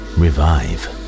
revive